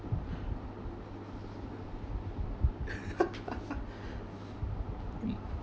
hmm